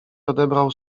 odebrał